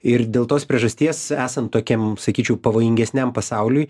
ir dėl tos priežasties esant tokiam sakyčiau pavojingesniam pasauliui